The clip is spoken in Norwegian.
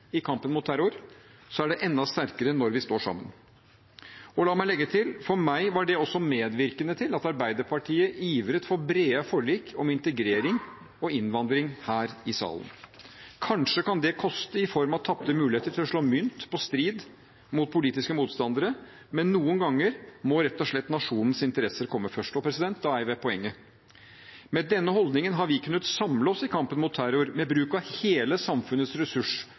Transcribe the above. i kampen mot terror, er det enda sterkere når vi står sammen. La meg legge til: For meg var det også medvirkende til at Arbeiderpartiet ivret for brede forlik om integrering og innvandring her i salen. Kanskje kan det koste i form av tapte muligheter til å slå mynt på strid mot politiske motstandere, men noen ganger må rett og slett nasjonens interesser komme først. Og da er jeg ved poenget. Med denne holdningen har vi kunnet samle oss i kampen mot terror, med bruk av hele samfunnets